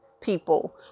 people